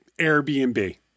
Airbnb